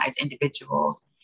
individuals